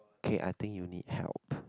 K I think you need help